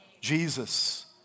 Jesus